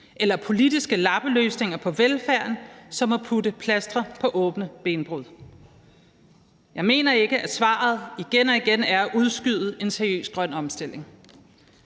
eller politiske lappeløsninger på velfærden; det er ligesom at putte plaster på et åbent benbrud. Jeg mener ikke, at svaret igen og igen er at udskyde en seriøs grøn omstilling.